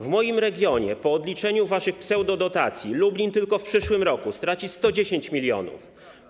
W moim regionie po odliczeniu waszych pseudodotacji Lublin tylko w przyszłym roku straci 110 mln zł.